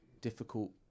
difficult